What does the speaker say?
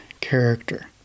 character